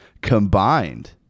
combined